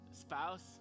spouse